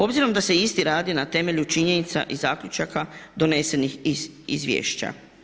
Obzirom da se isti radi na temelju činjenica i zaključaka donesenih iz izvješća.